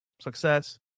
success